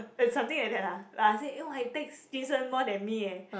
it's something like that lah like I say eh !wah! you text Jason more than me leh